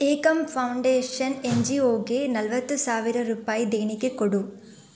Ekam foundation N G ಓಗೆ ನಲವತ್ತು ಸಾವಿರ ರೂಪಾಯಿ ದೇಣಿಗೆ ಕೊಡು